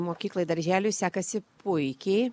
mokyklai darželiui sekasi puikiai